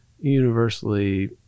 universally